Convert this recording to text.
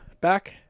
back